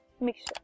mixture